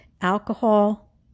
alcohol